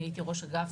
אני הייתי ראש אגף,